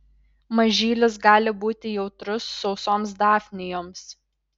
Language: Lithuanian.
mažylis gali būti jautrus sausoms dafnijoms